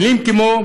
מילים כמו: